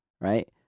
Right